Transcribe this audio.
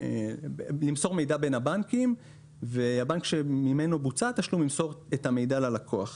בין הבנקים והבנק ממנו בוצעה התשלום ימסור את המידע ללקוח.